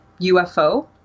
UFO